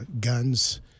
guns